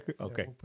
Okay